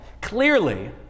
Clearly